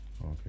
okay